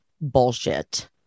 bullshit